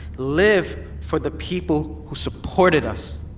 live for the people who supported us.